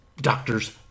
doctors